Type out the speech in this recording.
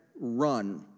run